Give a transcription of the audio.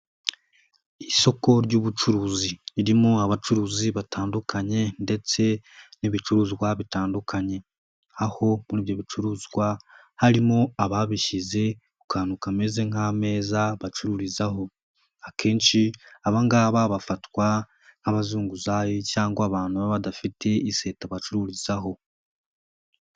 Isoko ry'ubucuruzi, ririmo abacuruzi batandukanye ndetse n'ibicuruzwa bitandukanye, aho muri ibyo bicuruzwa harimo ababishyize ku kantu kameze nk'ameza bacururizaho, akenshi abanga bafatwa nk'abazunguzayi cyangwa abantu baba badafite iseta bacururizaho.